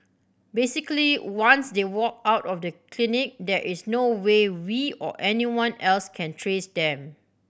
basically once they walk out of the clinic there is no way we or anyone else can trace them